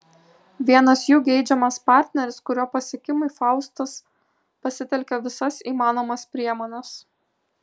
vienas jų geidžiamas partneris kurio pasiekimui faustos pasitelkia visas įmanomas priemones